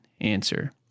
answer